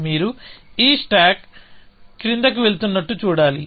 మీరు ఈ స్టాక్ క్రిందకి వెళ్తున్నట్టు చూడాలి